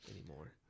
anymore